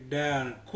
down